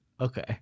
Okay